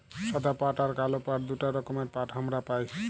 সাদা পাট আর কাল পাট দুটা রকমের পাট হামরা পাই